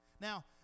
Now